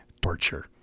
torture